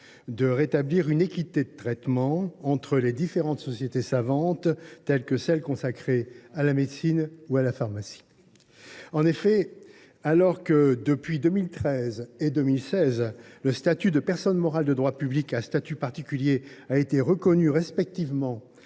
de rétablir une équité de traitement entre les différentes sociétés savantes, comme celles qui sont consacrées à la médecine et à la pharmacie. Alors que, depuis 2013 et 2016, le statut de personne morale de droit public à statut particulier a été reconnu respectivement